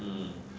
um